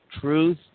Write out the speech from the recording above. truth